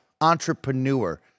entrepreneur